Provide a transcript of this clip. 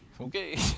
okay